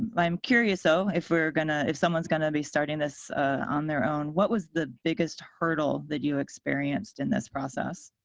but i'm curious though if we're going to if someone's going to be starting this on their own, what was the biggest hurdle that you experienced in this process?